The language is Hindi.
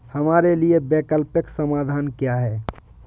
हमारे लिए वैकल्पिक समाधान क्या है?